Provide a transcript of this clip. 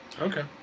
Okay